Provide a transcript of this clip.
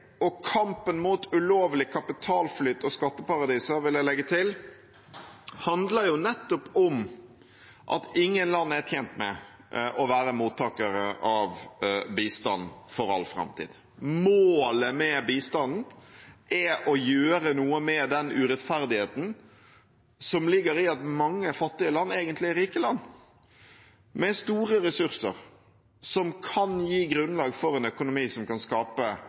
og kampen mot ulovlig kapitalflyt og skatteparadiser, vil jeg legge til – handler nettopp om at ingen land er tjent med å være mottakere av bistand for all framtid. Målet med bistanden er å gjøre noe med den urettferdigheten som ligger i at mange fattige land egentlig er rike land med store ressurser som kan gi grunnlag for en økonomi som kan skape